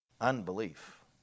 Unbelief